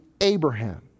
Abraham